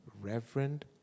Reverend